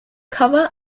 cover